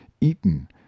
eaten